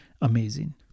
amazing